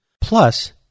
plus